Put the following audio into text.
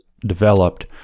developed